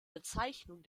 bezeichnung